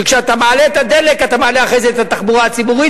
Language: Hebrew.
וכשאתה מעלה את מחיר הדלק אתה מעלה אחרי זה את מחיר התחבורה הציבורית,